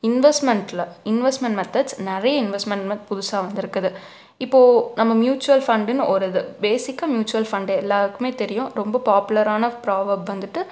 இன்வெஸ்ட்மெண்ட்டில் investment methods நிறைய இன்வெஸ்ட்மெண்ட்ன்னு புதுசாக வந்துருக்குது இப்போ நம்ம மியூச்சுவல் ஃபண்டுன்னு ஒரு இது பேசிக்காக மியூச்சுவல் ஃபண்டு எல்லாருக்குமே தெரியும் ரொம்ப பாப்புலரான ப்ராவேர்ப் வந்துவிட்டு